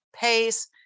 pace